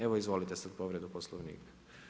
Evo izvolite za povredu poslovnika.